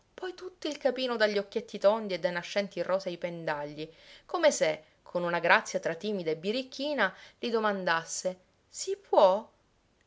poi tutto il capino dagli occhietti tondi e dai nascenti rosei pendagli come se con una grazia tra timida e birichina gli domandasse si può